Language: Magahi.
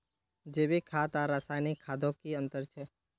जैविक खाद आर रासायनिक खादोत की अंतर छे?